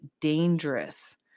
dangerous